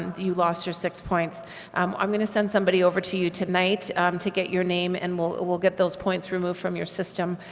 and you lost your six points um i'm gonna send somebody over to you tonight to get your name and we'll we'll get those points removed from your system.